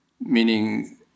meaning